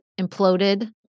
imploded